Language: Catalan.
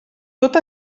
tot